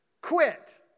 quit